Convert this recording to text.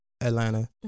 Atlanta